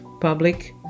public